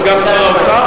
סגן שר האוצר,